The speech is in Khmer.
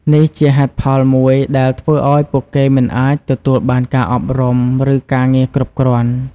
នេះជាហេតុផលមួយដែលធ្វើឱ្យពួកគេមិនអាចទទួលបានការអប់រំ ឬការងារគ្រប់គ្រាន់។